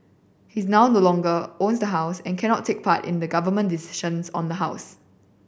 his now no longer own the house and can not take part in the Government decisions on the house